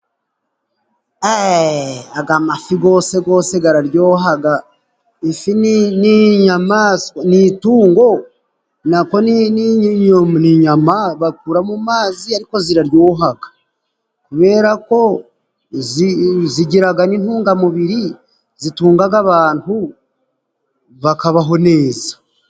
Amafi rwose ara ryoha, ifi ni itungo ,ni inyama bakura mu mazi, ariko ziraryoha, kubera ko zigira n'intungamubiri zitunga abantu bakabaho neza.